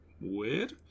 weird